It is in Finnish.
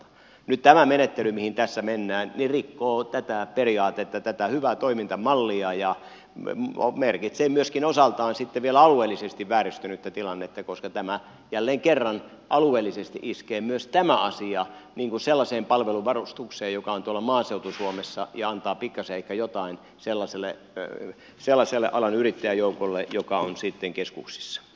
nyt tämä menettely mihin tässä mennään rikkoo tätä periaatetta tätä hyvää toimintamallia ja merkitsee myöskin osaltaan sitten vielä alueellisesti vääristynyttä tilannetta koska tämä jälleen kerran alueellisesti iskee myös tämä asia sellaiseen palveluvarustukseen joka on tuolla maaseutu suomessa ja antaa pikkasen ehkä jotain sellaiselle alan yrittäjäjoukolle joka on sitten keskuksissa